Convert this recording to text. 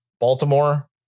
Baltimore